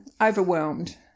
Overwhelmed